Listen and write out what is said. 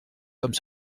comme